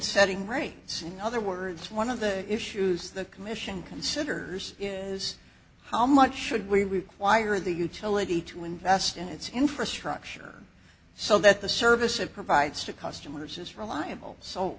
in other words one of the issues the commission considers is how much should we require the utility to invest in its infrastructure so that the service and provides to customers is reliable so